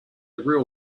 real